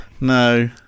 No